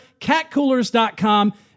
catcoolers.com